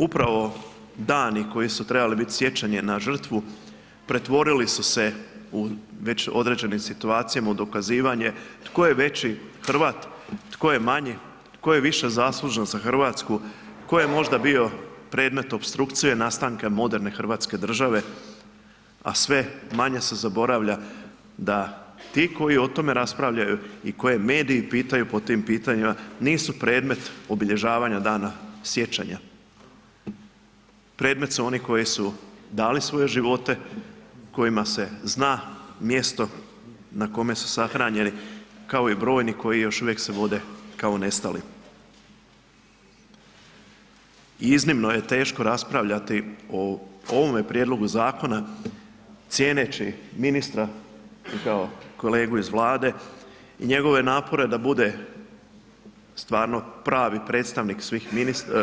Upravo dani koji su trebali bit sjećanje na žrtvu pretvorili su se u već određenim situacijama u dokazivanje tko je veći Hrvat, tko je manji, tko je više zaslužan za RH, tko je možda bio predmet opstrukcije nastanka moderne hrvatske države, a sve manje se zaboravlja da ti koji o tome raspravljaju i koje mediji pitaju po tim pitanjima nisu predmet obilježavanja dana sjećanja, predmet su oni koji su dali svoje živote, kojima se zna mjesto na kome su sahranjeni, kao i brojni koji još uvijek se vode kao nestali i iznimno je teško raspravljati o ovome prijedlogu zakona cijeneći ministra i kao kolegu iz Vlade i njegove napore da bude stvarno pravi predstavnik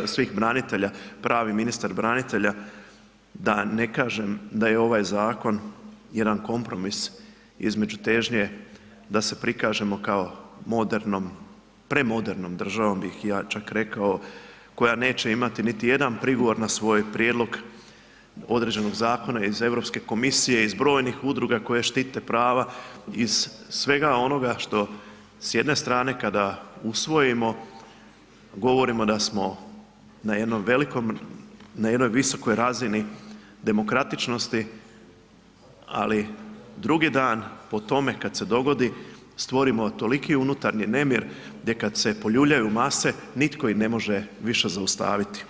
svih branitelja, pravi ministar branitelja, da ne kažem da je ovaj zakon jedan kompromis između težnje da se prikažemo kao modernom, premodernom državom bih ja čak rekao koja neće imati niti jedan prigovor na svoj prijedlog određenog zakona iz Europske komisije, iz brojnih udruga koje štite prava iz svega onoga što s jedne strane kada usvojimo govorimo da smo na jednom velikom, na jednoj visokoj razini demokratičnosti, ali drugi dan po tome kad se dogodi stvorimo toliki unutarnji nemir gdje kad se poljuljaju mase nitko ih ne može više zaustaviti.